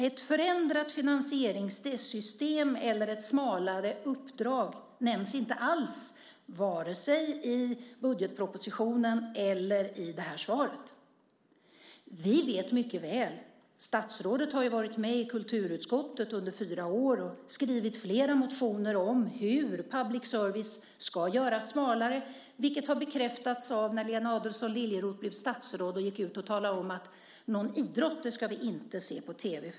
Ett förändrat finansieringssystem eller ett smalare uppdrag nämns inte alls, vare sig i budgetpropositionen eller i svaret. Statsrådet har ju varit med i kulturutskottet i fyra år och skrivit flera motioner om hur public service ska göras smalare. Det bekräftades när Lena Adelsohn Liljeroth blev statsråd och gick ut och talade om att någon idrott ska vi inte se på tv.